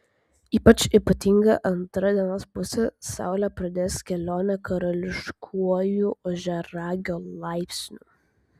ypač ypatinga antra dienos pusė saulė pradės kelionę karališkuoju ožiaragio laipsniu